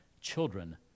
children